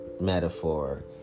metaphor